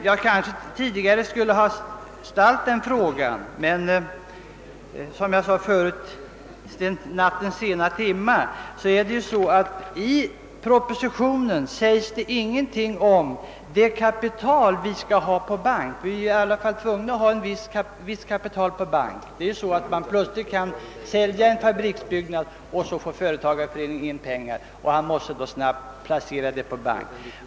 Jag kanske skulle ha ställt en fråga om saken tidigare — men vi för ju denna debatt i nattens sena timmar, I propositionen står ingenting om det kapital vi skall ha på bank. Vi måste i alla fall ha ett visst kapital på bank. Plötsligt kan ett företag sälja en fabriksbyggnad och företagareföreningen får in pengar. Dessa måste snabbt placeras på bank.